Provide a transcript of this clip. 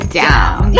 down